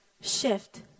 Shift